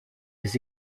les